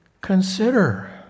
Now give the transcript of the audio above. Consider